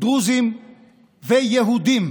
דרוזים ויהודים.